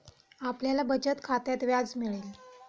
आपल्याला बचत खात्यात व्याज मिळेल